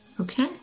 Okay